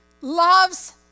loves